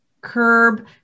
curb